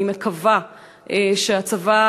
אני מקווה שהצבא,